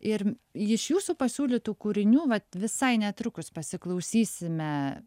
ir j iš jūsų pasiūlytų kūrinių vat visai netrukus pasiklausysime